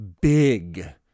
big